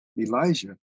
Elijah